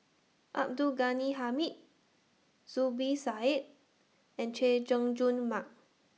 Abdul Ghani Hamid Zubir Said and Chay Jung Jun Mark